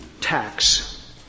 tax